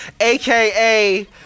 AKA